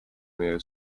meie